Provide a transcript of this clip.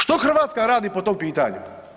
Što Hrvatska radi po tom pitanju?